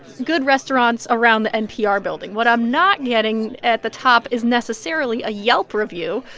good restaurants around the npr building, what i'm not getting at the top is necessarily a yelp review.